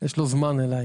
פתאום יש לו זמן אליי,